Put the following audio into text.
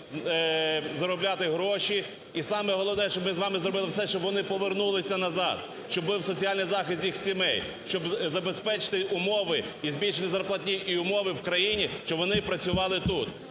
заробляти гроші. І саме головне, щоб ми з вами зробили все, щоб вони повернулися назад, щоб був соціальний захист їх сімей, щоб забезпечити умови і збільшити зарплатню і умови в країні, щоб вони працювали тут.